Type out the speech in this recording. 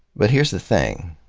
but here's the thing.